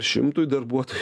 šimtui darbuotojų